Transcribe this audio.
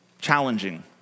challenging